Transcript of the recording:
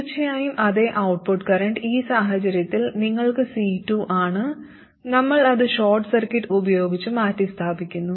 തീർച്ചയായും അതേ output current ഈ സാഹചര്യത്തിൽ നിങ്ങൾക്ക് C2 ആണ് നമ്മൾ അത് ഷോർട്ട് സർക്യൂട്ട് ഉപയോഗിച്ച് മാറ്റിസ്ഥാപിക്കുന്നു